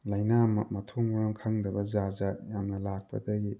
ꯂꯥꯏꯅꯥ ꯃꯊꯣꯡ ꯃꯔꯝ ꯈꯪꯗꯕ ꯖꯥꯠ ꯖꯥꯠ ꯌꯥꯝꯅ ꯂꯥꯛꯄꯗꯒꯤ